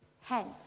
Hence